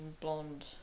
blonde